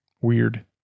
weird